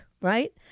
right